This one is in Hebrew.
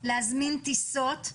להזמין טיסות,